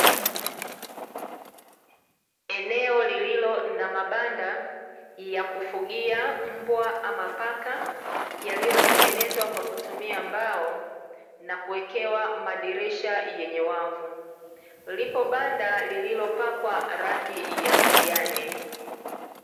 Eneo lililo na mabanda ya kufugia mbwa ama paka yaliyotengenezwa kwa kutumia mbao na kuwekewa madirisha yenye wavu, lipo banda lililopakwa rangi ya kijani.